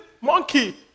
monkey